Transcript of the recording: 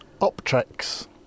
Optrex